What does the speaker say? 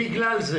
בגלל זה